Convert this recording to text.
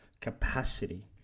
capacity